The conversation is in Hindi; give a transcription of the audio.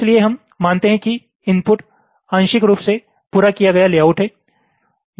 इसलिए हम मानते हैं कि इनपुट आंशिक रूप से पूरा किया गया लेआउट है